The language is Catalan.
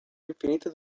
infinita